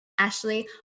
Ashley